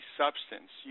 substance